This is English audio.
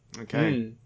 Okay